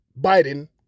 Biden